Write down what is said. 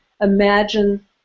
imagine